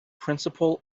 principle